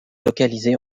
localisée